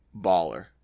baller